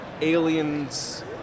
Aliens